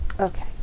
Okay